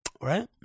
right